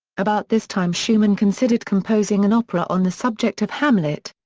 about this time schumann considered composing an opera on the subject of hamlet.